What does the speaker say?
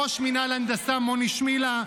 ראש מינהל הנדסה מוני שמילה,